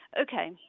Okay